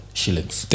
shillings